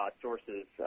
sources